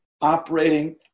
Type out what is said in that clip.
operating